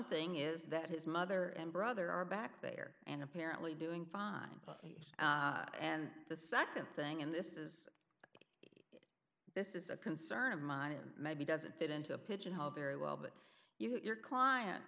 thing is that his mother and brother are back there and apparently doing fine and the nd thing and this is this is a concern of mine and maybe doesn't fit into a pigeonhole very well but if your client